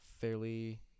fairly